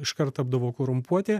iškart tapdavo korumpuoti